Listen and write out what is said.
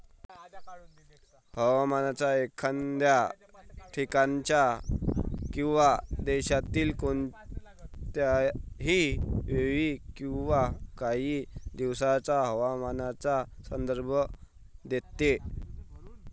हवामान एखाद्या ठिकाणाच्या किंवा देशातील कोणत्याही वेळी किंवा काही दिवसांच्या हवामानाचा संदर्भ देते